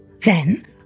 Then